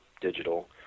digital